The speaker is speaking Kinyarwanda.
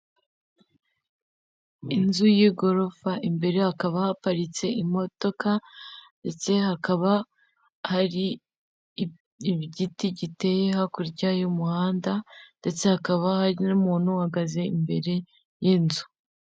Inzu y'igorofa, imbere yayo hakaba haparitse imodoka ndetse hakaba hari igiti giteye hakurya y'umuhanda ndetse hakaba hari n'umuntu uhagaze imbere y'inzu.